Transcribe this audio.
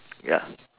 ya